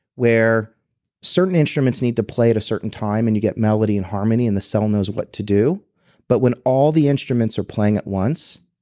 where certain instruments need to play at a certain time and you get melody and harmony and the cell knows what to do but when all the instruments are playing at once,